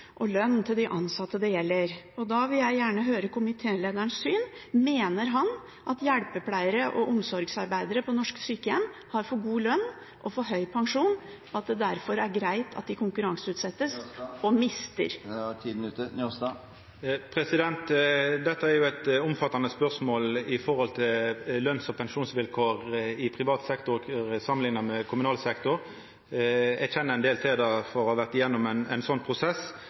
og lønn til de ansatte. Da vil jeg gjerne høre komitélederens syn: Mener han at hjelpepleiere og omsorgsarbeidere på norske sykehjem har for god lønn og for høy pensjon, og at det derfor er greit at tjenestene konkurranseutsettes? Dette er eit omfattande spørsmål om løns- og pensjonsvilkår i privat sektor samanlikna med kommunal sektor. Eg kjenner ein del til det frå å ha vore gjennom ein slik prosess,